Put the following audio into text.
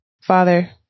Father